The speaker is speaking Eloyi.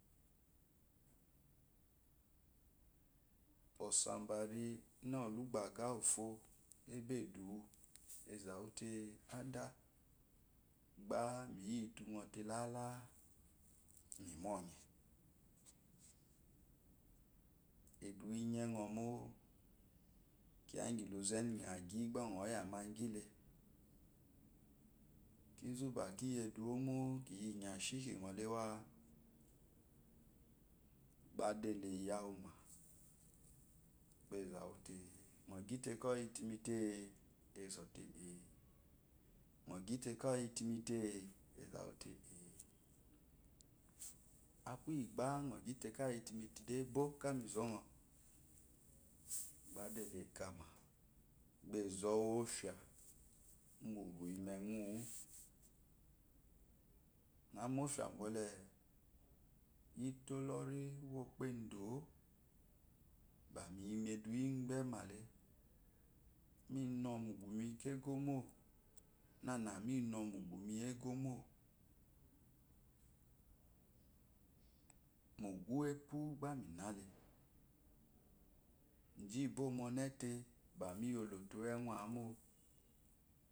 Osabari na olugbaga uwufo ebo eduwu azawu te ada ba miyi. dunc te lálá mi mu ɔye iduwo iyenɔ mo kiyá ingyi luze ingyiɔyui ba nɔ yama gui le kinzu bakiyi eduwo mo kiyi inyashi kincle wa ba adate áyawu ma ba azawa te nɔ guite kayi imite azote eé aku iyibá nɔ qui te ka yite immi te de bɔ ka mi rɔ nɔ ba adale aka má ba azowu ofyá ubu iyi mu ewuwu aɔme ofya bole utolori uwepedo ayo bamiyi mu eduwo ipemate me nomugumi kegomo nama mi nɔmugumi egomo mu ugu úwúepú bami nele zhi ibo mu one te ba miyi ololo ewu amó